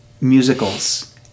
musicals